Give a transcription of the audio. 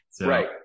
right